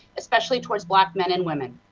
especially towards black men and women.